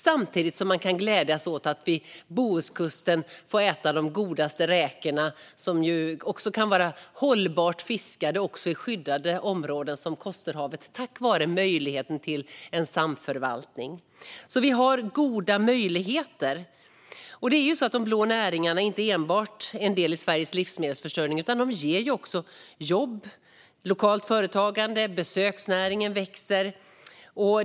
Samtidigt kan man glädjas åt att vid Bohuskusten få äta de godaste räkorna som också kan vara hållbart fiskade i skyddade områden, såsom Kosterhavet, tack vare möjligheten till samförvaltning. Vi har alltså goda möjligheter. De blå näringarna är inte enbart en del av Sveriges livsmedelsförsörjning, utan de ger också jobb och lokalt företagande och en växande besöksnäring.